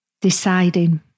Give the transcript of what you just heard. deciding